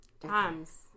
Times